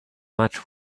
much